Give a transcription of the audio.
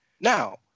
Now